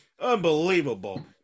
unbelievable